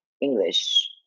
English